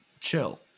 chill